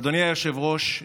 אדוני היושב-ראש,